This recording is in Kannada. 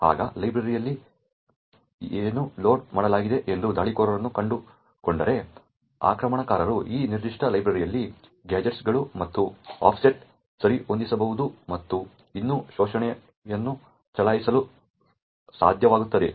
ಈಗ ಲೈಬ್ರರಿಯನ್ನು ಎಲ್ಲಿ ಲೋಡ್ ಮಾಡಲಾಗಿದೆ ಎಂದು ದಾಳಿಕೋರರು ಕಂಡುಕೊಂಡರೆ ಆಕ್ರಮಣಕಾರರು ಈ ನಿರ್ದಿಷ್ಟ ಲೈಬ್ರರಿಯಲ್ಲಿ ಗ್ಯಾಜೆಟ್ಗಳು ಮತ್ತು ಆಫ್ಸೆಟ್ಗಳನ್ನು ಸರಿಹೊಂದಿಸಬಹುದು ಮತ್ತು ಇನ್ನೂ ಶೋಷಣೆಯನ್ನು ಚಲಾಯಿಸಲು ಸಾಧ್ಯವಾಗುತ್ತದೆ